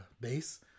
base